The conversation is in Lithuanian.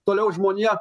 toliau žmonija